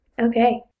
Okay